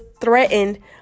threatened